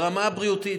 ברמה הבריאותית,